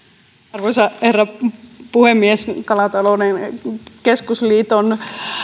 arvoisa herra puhemies kalatalouden keskusliiton